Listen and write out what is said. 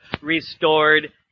restored